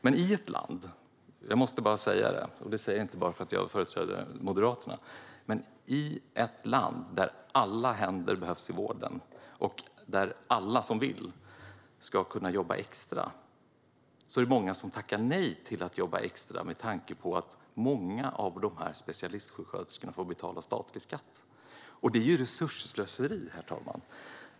Men jag måste säga en sak, och det säger jag inte bara för att jag företräder Moderaterna. I ett land där alla händer behövs i vården och där alla som vill ska kunna jobba extra är det många som tackar nej till att jobba extra. Många av specialistsjuksköterskorna får nämligen betala statlig skatt. Det är resursslöseri, herr talman.